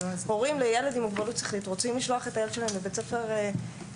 הורים לילד עם מוגבלות שכלית רוצים לשלוח את הילד שלהם לבית ספר חרדי,